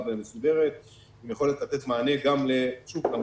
ומסודרת עם יכולת לתת מענה גם שוב,